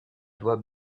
doigts